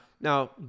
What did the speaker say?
now